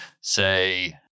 say